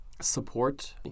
support